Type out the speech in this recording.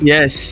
Yes